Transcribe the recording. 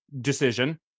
decision